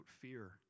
fear